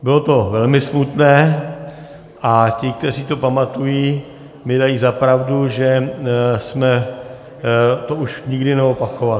Bylo to velmi smutné a ti, kteří to pamatují, mi dají za pravdu, že jsme to už nikdy neopakovali.